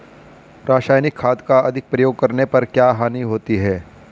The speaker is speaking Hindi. रासायनिक खाद का अधिक प्रयोग करने पर क्या हानि होती है?